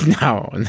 No